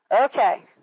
Okay